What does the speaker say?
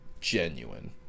genuine